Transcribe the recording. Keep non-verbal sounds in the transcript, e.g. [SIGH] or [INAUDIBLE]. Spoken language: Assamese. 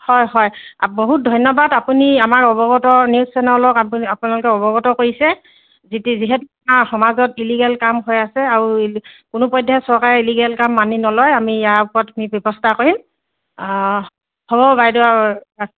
হয় হয় বহুত ধন্যবাদ আপুনি আমাৰ অৱগত নিউজ চেনেলক আপোনালোকে অৱগত কৰিছে যিহেতু আমাৰ সমাজত ইলিগেল কাম হৈ আছে আৰু [UNINTELLIGIBLE] কোনোপধ্যেই চৰকাৰে ইলিগেল কাম মানি নলয় আমি ইয়াৰ ওপৰত আমি ব্যৱস্থা কৰিম হ'ব বাইদেউ [UNINTELLIGIBLE]